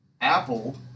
Apple